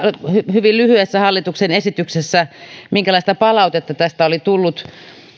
hyvin lyhyessä hallituksen esityksessä minkälaista palautetta tästä oli tullut